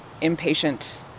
impatient